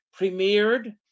premiered